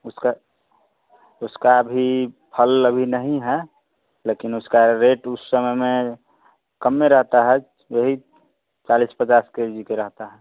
उसका उसका भी फल अभी नहीं है लेकिन उसका रेट उस समय में कम में रहता है वही चालीस पचास के जी का रहता है